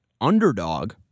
underdog